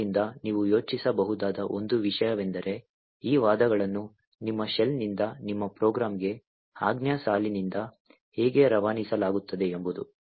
ಆದ್ದರಿಂದ ನೀವು ಯೋಚಿಸಬಹುದಾದ ಒಂದು ವಿಷಯವೆಂದರೆ ಈ ವಾದಗಳನ್ನು ನಿಮ್ಮ ಶೆಲ್ ನಿಂದ ನಿಮ್ಮ ಪ್ರೋಗ್ರಾಂಗೆ ಆಜ್ಞಾ ಸಾಲಿನಿಂದ ಹೇಗೆ ರವಾನಿಸಲಾಗುತ್ತದೆ ಎಂಬುದು